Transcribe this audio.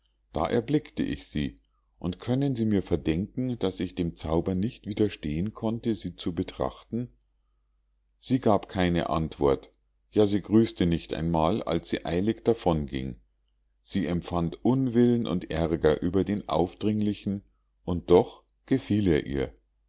da erblickte ich sie und können sie mir verdenken daß ich dem zauber nicht widerstehen konnte sie zu betrachten sie gab keine antwort ja sie grüßte nicht einmal als sie eilig davon ging sie empfand unwillen und aerger über den aufdringlichen und doch gefiel er ihr